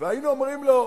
והיינו אומרים לו: